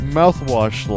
mouthwash